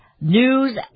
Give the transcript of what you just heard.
news